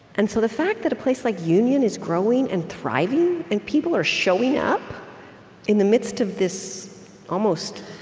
and so the fact that a place like union is growing and thriving, and people are showing up in the midst of this almost,